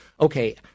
okay